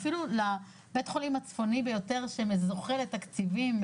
אפילו לבית חולים הצפוני ביותר שזוכה לתקציבים,